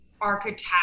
architect